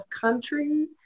country